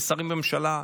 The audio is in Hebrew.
לשרים בממשלה: